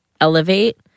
elevate